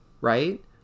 right